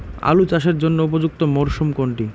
আলু চাষের জন্য উপযুক্ত মরশুম কোনটি?